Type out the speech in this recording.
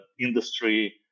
industry